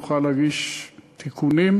יוכל להגיש תיקונים.